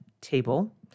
table